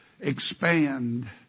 expand